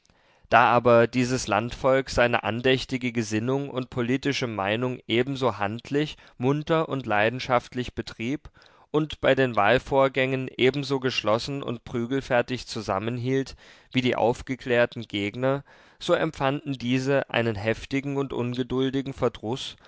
da aber dies landvolk seine andächtige gesinnung und politische meinung ebenso handlich munter und leidenschaftlich betrieb und bei den wahlvorgängen ebenso geschlossen und prügelfertig zusammenhielt wie die aufgeklärten gegner so empfanden diese einen heftigen und ungeduldigen verdruß